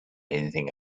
anything